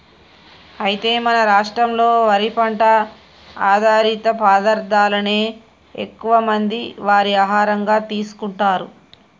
అయితే మన రాష్ట్రంలో వరి పంట ఆధారిత పదార్థాలనే ఎక్కువ మంది వారి ఆహారంగా తీసుకుంటారు